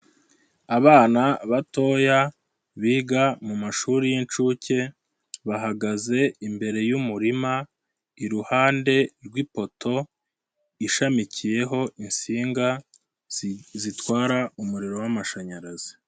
Abana batoya, biga mu mashuri y'inshuke, bahagaze imbere y'umurima, iruhande rw'ipoto, ishamikiyeho insinga, zitwara umuriro w'amashanyarazi.